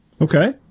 Okay